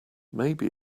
maybe